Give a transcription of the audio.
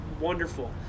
wonderful